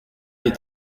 des